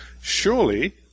Surely